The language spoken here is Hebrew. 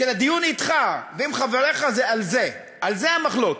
של הדיון אתך ועם חבריך, הן על זה, על זה המחלוקת.